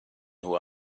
who